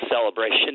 celebration